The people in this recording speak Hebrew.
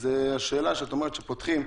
את אומרת שפותחים.